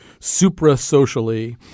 supra-socially